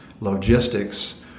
logistics